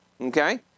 okay